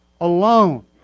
alone